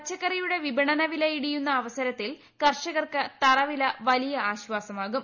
പച്ചക്കറിയുടെ പിപണനവില ഇടിയുന്ന അവസരത്തിൽ കർഷകർക്ക് തറവില വലിയ ആശ്വാസമാകും